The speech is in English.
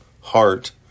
heart